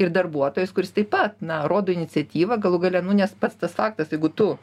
ir darbuotojas kuris taip pat na rodo iniciatyvą galų gale nu nes pats tas faktas jeigu tu